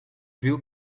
veel